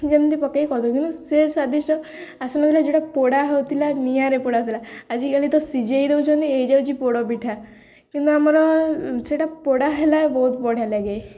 ଯେମିତି ପକାଇ କରିଦେଉ କିନ୍ତୁ ସେ ସ୍ୱାଦିଷ୍ଟ ଆସୁନଥିଲା ଯେଉଁଟା ପୋଡ଼ା ହେଉଥିଲା ନିଆଁରେ ପୋଡ଼ାଥିଲା ଆଜିକାଲି ତ ସିଝାଇ ଦେଉଛନ୍ତି ହୋଇଯାଉଛି ପୋଡ଼ ପିଠା କିନ୍ତୁ ଆମର ସେଟା ପୋଡ଼ା ହେଲା ବହୁତ ବଢ଼ିଆ ଲାଗେ